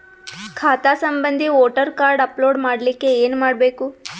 ಖಾತಾ ಸಂಬಂಧಿ voter card upload ಮಾಡಲಿಕ್ಕೆ ಏನ ಮಾಡಬೇಕು?